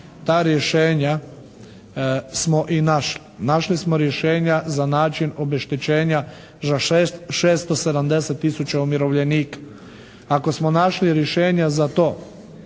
Ta rješenja smo i našli. Našli smo rješenja za način obeštećenja za 670 tisuća umirovljenika. Ako smo našli rješenja za to,